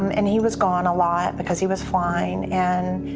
um and he was gone a lot because he was flying. and